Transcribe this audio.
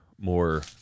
more